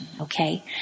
Okay